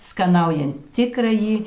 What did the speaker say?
skanaujant tikrąjį